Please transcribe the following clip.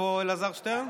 איפה אלעזר שטרן?